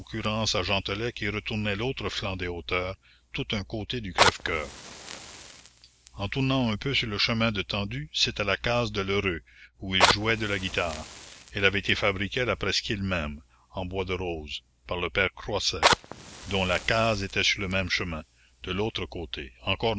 à gentelet qui retournait l'autre flanc des hauteurs tout un côté du crève-cœur en tournant un peu sur le chemin de tendu c'était la case de l'heureux où il jouait de la guitare elle avait été fabriquée à la presqu'île même en bois de rose par le père croiset dont la case était sur le même chemin de l'autre côté encore